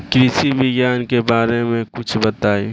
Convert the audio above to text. कृषि विज्ञान के बारे में कुछ बताई